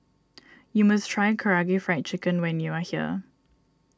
you must try Karaage Fried Chicken when you are here